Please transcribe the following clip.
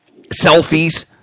selfies